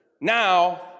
now